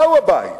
מהו הבית?